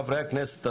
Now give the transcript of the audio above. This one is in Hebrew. חברי הכנסת הדרוזים.